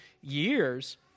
years